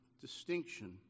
distinction